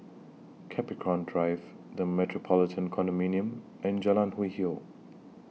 Capricorn Drive The Metropolitan Condominium and Jalan Hwi Yoh